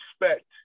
respect